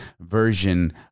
version